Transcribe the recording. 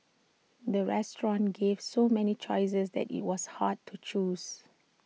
the restaurant gave so many choices that IT was hard to choose